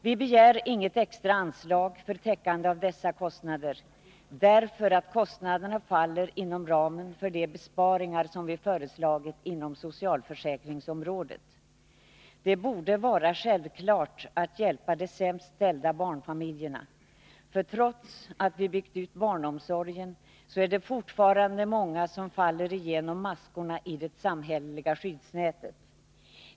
Vi begär inget extra anslag för täckande av dessa kostnader, därför att kostnaderna faller inom ramen för de besparingar som vi föreslagit inom socialförsäkringsområdet. Det borde vara självklart att hjälpa de sämst ställda barnfamiljerna. Trots att vi byggt ut barnomsorgen är det fortfarande många som faller igenom maskorna i det samhälleliga skyddsnätet.